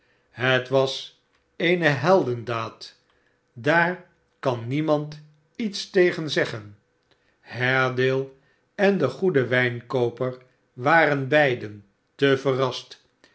ihet waa eene heldendaad daar kan niemand iets tegen zeggen haredale en de goede wijnkooper waren beiden te zeer verrast